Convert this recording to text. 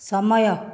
ସମୟ